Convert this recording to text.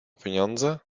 pieniądze